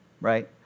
right